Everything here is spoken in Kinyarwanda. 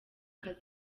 kazi